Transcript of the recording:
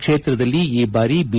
ಕ್ಷೇತ್ರದಲ್ಲಿ ಈ ಬಾರಿ ಬಿ